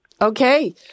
Okay